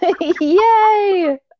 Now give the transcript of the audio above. yay